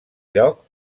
lloc